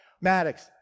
Maddox